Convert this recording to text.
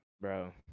bro